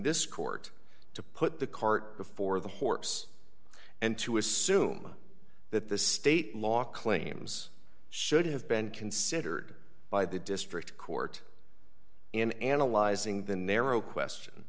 this court to put the cart before the horse and to assume that the state law claims should have been considered by the district court in analyzing the narrow question